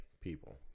people